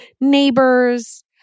neighbors